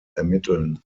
ermitteln